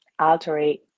alterate